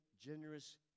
generous